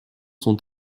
sont